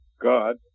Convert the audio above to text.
God